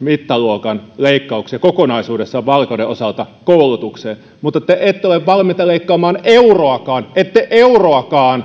mittaluokan leikkauksia kokonaisuudessaan vaalikauden osalta koulutukseen mutta te ette ole valmiita leikkaamaan euroakaan ette euroakaan